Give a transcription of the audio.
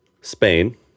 Spain